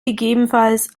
gegebenenfalls